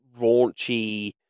raunchy